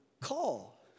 call